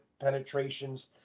penetrations